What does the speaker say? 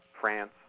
France